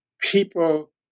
people